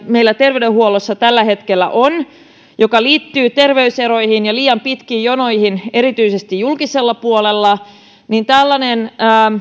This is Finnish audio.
meillä terveydenhuollossa tällä hetkellä on ja joka liittyy terveyseroihin ja liian pitkiin jonoihin erityisesti julkisella puolella tällaisen